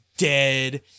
dead